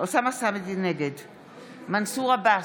מנסור עבאס,